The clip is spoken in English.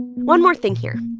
one more thing here.